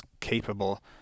capable